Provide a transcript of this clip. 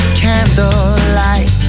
candlelight